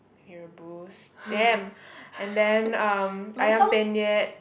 Mee-Rebus damn and then um Ayam-Penyet